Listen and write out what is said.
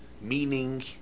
meaning